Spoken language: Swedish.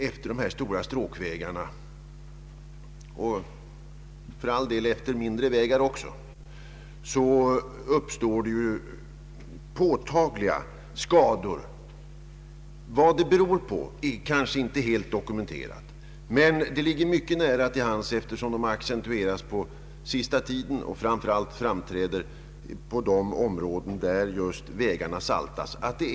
Efter de stora stråkvägarna — och för all del efter mindre vägar också — uppstår ju ofta påtagliga skador på växande gröda. Vad de beror på är kanske inte helt dokumenterat, men det ligger mycket nära till hands att det är vägsaltet, eftersom skadorna framför allt framträder på de områden där vägarna saltas.